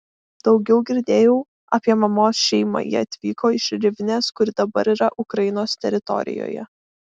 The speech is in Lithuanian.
daugiau girdėjau apie mamos šeimą jie atvyko iš rivnės kuri dabar yra ukrainos teritorijoje